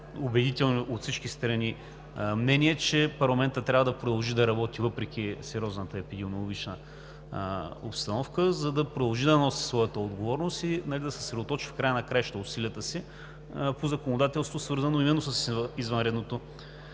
убедителни мнения, че парламентът трябва да продължи да работи въпреки сериозната епидемиологична обстановка, за да продължи да носи своята отговорност, а не да съсредоточи в края на краищата усилията си по законодателство, свързано именно с извънредното